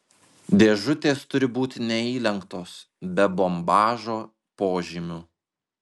dėžutės turi būti neįlenktos be bombažo požymių